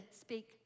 speak